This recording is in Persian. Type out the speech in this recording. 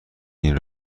این